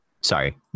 sorry